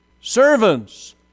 servants